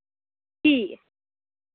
ठीक ऐ